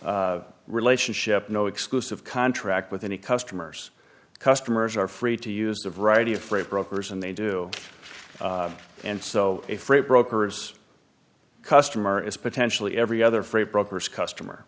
exclusive relationship no exclusive contract with any customers customers are free to use a variety of freight brokers and they do and so if freight brokers customer is potentially every other freight brokers customer